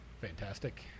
Fantastic